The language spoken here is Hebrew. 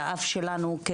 והאף שלנו,